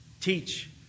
teach